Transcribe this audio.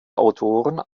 autoren